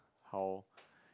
how